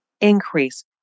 increase